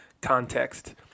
context